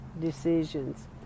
decisions